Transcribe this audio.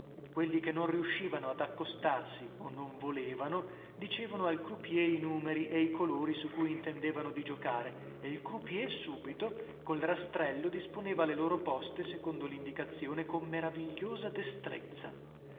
quelli che non riuscivano ad accostarsi o non volevano dicevano al croupier i numeri e i colori su cui intendevano di giocare e il croupier subito col rastrello disponeva le loro poste secondo lindicazione con meravigliosa destrezza